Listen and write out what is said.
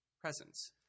presence